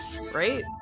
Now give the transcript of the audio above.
right